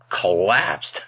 collapsed